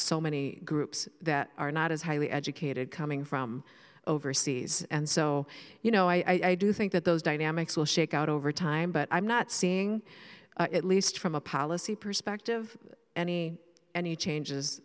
so many groups that are not as highly educated coming from overseas and so you know i do think that those dynamics will shake out over time but i'm not seeing at least from a policy perspective any any changes